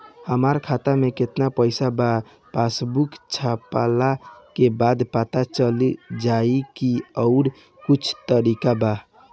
हमरा खाता में केतना पइसा बा पासबुक छपला के बाद पता चल जाई कि आउर कुछ तरिका बा?